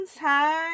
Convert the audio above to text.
time